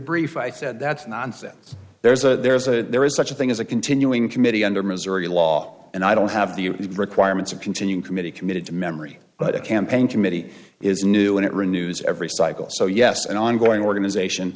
brief i said that's nonsense there's a there's a there is such a thing as a continuing committee under missouri law and i don't have the requirements of continuing committee committed to memory but a campaign committee is new and it renews every cycle so yes an ongoing organization